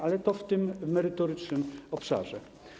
Ale to w tym merytorycznym obszarze.